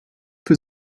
für